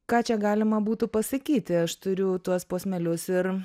ką čia galima būtų pasakyti aš turiu tuos posmelius ir